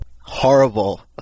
Horrible